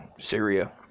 Syria